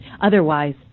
Otherwise